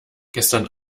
gestern